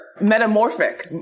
metamorphic